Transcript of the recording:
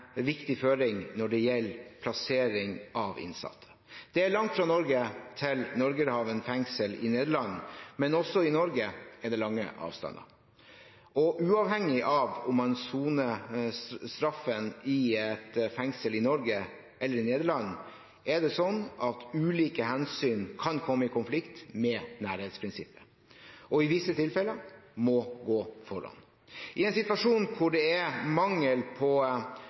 viktig føring når det gjelder plassering av innsatte. Det er langt fra Norge til Norgerhaven fengsel i Nederland, men også i Norge er det lange avstander. Og uavhengig av om man soner straffen i et fengsel i Norge eller i Nederland, er det sånn at ulike hensyn kan komme i konflikt med nærhetsprinsippet og i visse tilfeller må gå foran. I en situasjon hvor det er mangel på